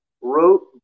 wrote